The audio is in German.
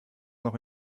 noch